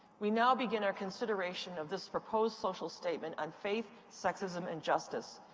we now begin our consideration of this proposed social statement on faith, sexism and justice.